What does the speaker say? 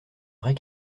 vraie